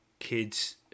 kids